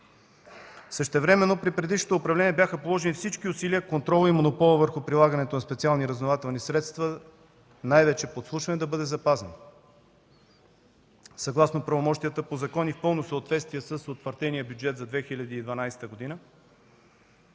Същевременно, при предишното управление бяха положени всички усилия контролът и монополът върху предлагането на специални разузнавателни средства, най-вече подслушване, да бъде запазен. Съгласно правомощията по закон и пълно съответствие с утвърдения бюджет за 2012 г.,